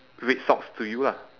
red socks to you lah